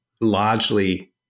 largely